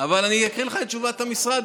אבל אני אקריא לך את תשובת המשרד,